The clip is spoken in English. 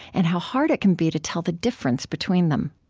and how hard it can be to tell the difference between them